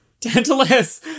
Tantalus